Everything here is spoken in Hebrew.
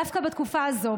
דווקא בתקופה הזאת,